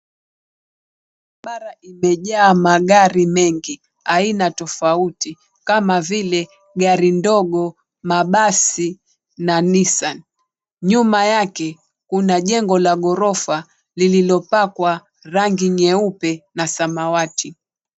Barabara imejaa magari mengi aina tofauti kama vile gari ndogo, mabasi na Nissan. Nyuma yake kuna njengo la ghorofa lililopakwa rangi nyeupe na samawati.